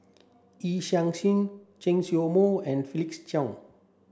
Yee Chia Hsing Chen Show Mao and Felix Cheong